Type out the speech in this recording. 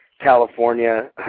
California